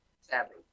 sadly